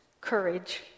courage